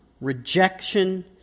rejection